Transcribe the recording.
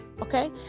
okay